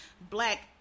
black